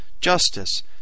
JUSTICE